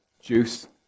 juice